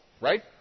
Right